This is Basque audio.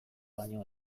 baino